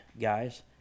guys